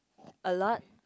a lot